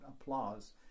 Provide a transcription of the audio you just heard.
applause